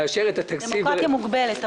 לאשר את התקציב --- דמוקרטיה מוגבלת,